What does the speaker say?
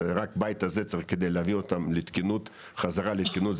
רק הבית הזה כדי להביא אותו חזרה לתקינות,